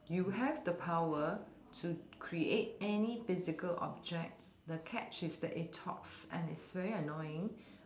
you have the power to create any physical object the catch is that it talks and it's very annoying